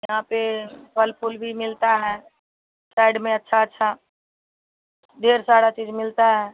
यहाँ पर फल फूल भी मिलता है साइड में अच्छा अच्छा ढेर सारी चीज़ मिलता है